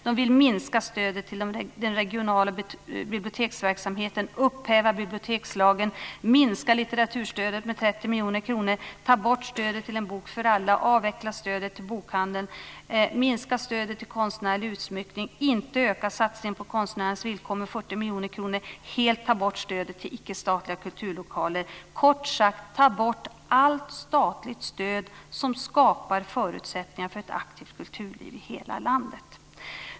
De vill minska stödet till den regionala biblioteksverksamheten, upphäva bibliotekslagen, minska litteraturstödet med 30 miljoner kronor, ta bort stödet till En bok för alla, avveckla stödet till bokhandeln, minska stödet till konstnärlig utsmyckning, inte öka satsningen på konstnärers villkor med 40 miljoner kronor, helt ta bort stödet till icke statliga kulturlokaler. Kort sagt, ta bort allt statligt stöd som skapar förutsättningar för ett aktivt kulturliv i hela landet.